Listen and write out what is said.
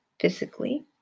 physically